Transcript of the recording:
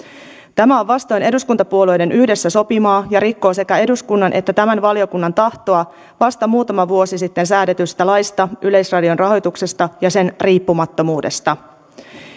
tämä on vastoin eduskuntapuolueiden yhdessä sopimaa ja rikkoo sekä eduskunnan että tämän valiokunnan tahtoa vasta muutama vuosi sitten säädetystä laista yleisradion rahoituksesta ja sen riippumattomuudesta